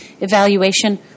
evaluation